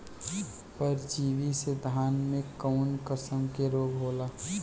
परजीवी से धान में कऊन कसम के रोग होला?